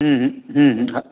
हूं हूं हूं हूं हा